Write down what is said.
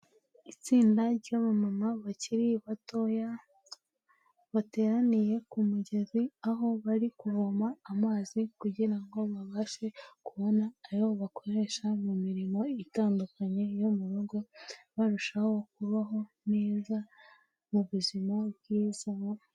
Itsinda ry'abamama bakiri batoya, bateraniye ku mugezi, aho bari kuvoma amazi kugira ngo babashe kubona ayo bakoresha mu mirimo itandukanye yo mu rugo, barushaho kubaho neza mu buzima bwiza.